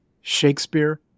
Shakespeare